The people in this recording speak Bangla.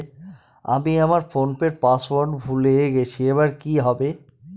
আমি আমার ফোনপের পাসওয়ার্ড ভুলে গেছি এবার কি হবে?